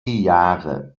jahre